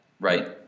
right